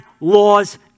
laws